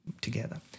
together